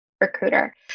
recruiter